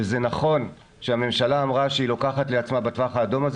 וזה נכון שהממשלה אמרה שהיא לוקחת לעצמה בטווח האדום הזה